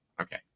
Okay